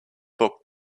book